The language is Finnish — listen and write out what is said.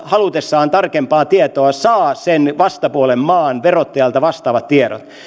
halutessaan tarkempaa tietoa saa sen vastapuolen maan verottajalta vastaavat tiedot